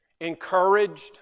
encouraged